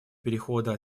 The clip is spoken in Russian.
перехода